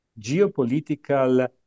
geopolitical